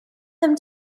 them